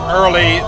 early